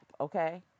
okay